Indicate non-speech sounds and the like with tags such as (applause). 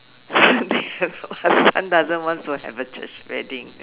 (breath) her husband doesn't want to have a church wedding